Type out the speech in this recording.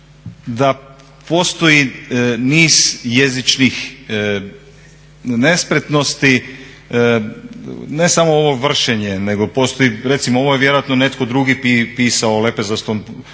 da postoji niz jezičnih nespretnosti. Ne samo ovo vršenje nego postoji, recimo ovo je vjerojatno netko drugi pisao o lepezasto